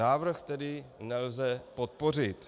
Návrh tedy nelze podpořit.